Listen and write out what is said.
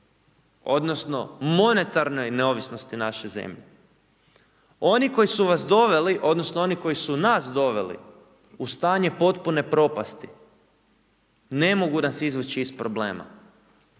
odnosno monetarnoj neovisnosti naše zemlje. Oni koji su vas doveli, odnosno oni koji su nas doveli u stanje potpune propasti ne mogu nas izvući iz problema.